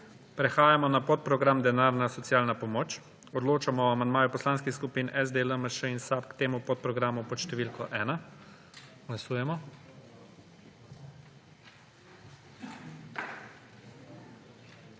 Prehajamo na podprogram Denarna socialna pomoč. Odločamo o amandmaju poslanskih skupin SD, LMŠ in SAB k temu podprogramu pod številko 1. Glasujemo.